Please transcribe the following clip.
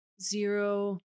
zero